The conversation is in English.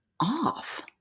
off